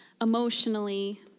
emotionally